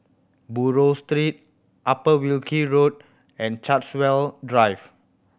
Buroh Street Upper Wilkie Road and Chartwell Drive